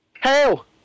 Hell